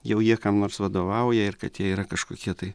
jau jie kam nors vadovauja ir kad jie yra kažkokie tai